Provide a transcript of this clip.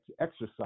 exercise